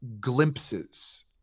glimpses